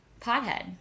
pothead